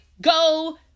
go